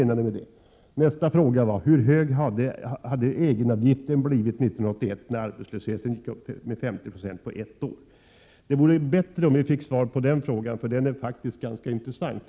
Nästa fråga var: Hur hög hade egenavgiften blivit 1981, när arbetslösheten gick upp med 50 96 på ett år? Det vore bra om vi fick svar på dessa frågor, för de är faktiskt ganska intressanta.